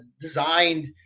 designed